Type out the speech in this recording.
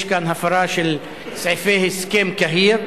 יש כאן הפרה של סעיפי הסכם קהיר,